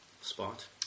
spot